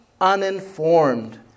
uninformed